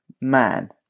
man